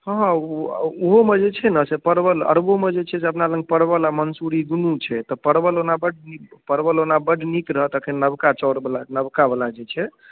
हँ हँ ओ ओहोमे जे छै ने से परवल अरबोमे जे छै से अपना लङ परवल आ मन्सूरी दुनू छै तऽ परवल ओना बड्ड नीक परवल ओना बड्ड नीक रहत अखन नबका चाउर बला नबकाबला जे छै